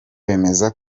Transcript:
bemeza